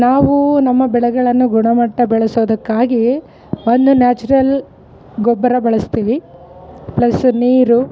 ನಾವು ನಮ್ಮ ಬೆಳೆಗಳನ್ನು ಗುಣಮಟ್ಟ ಬೆಳೆಸೋದಕ್ಕಾಗಿ ಒಂದು ನ್ಯಾಚುರಲ್ ಗೊಬ್ಬರ ಬಳಸ್ತೀವಿ ಪ್ಲಸ್ ನೀರು